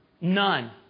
None